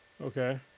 Okay